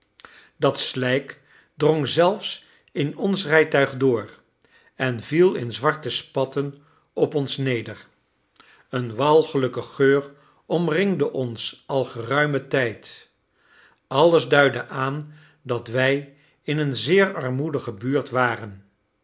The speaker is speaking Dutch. dat slijk drong zelfs in ons rijtuig door en viel in zwarte spatten op ons neder een walgelijke geur omringde ons al geruimen tijd alles duidde aan dat wij in een zeer armoedige buurt waren